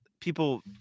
people